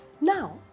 Now